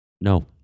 No